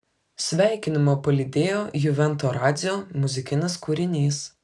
sveikinimą palydėjo juvento radzio muzikinis kūrinys